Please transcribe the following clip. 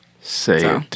Say